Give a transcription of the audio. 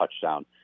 touchdown